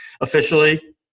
officially